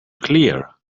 clear